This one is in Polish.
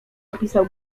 opisał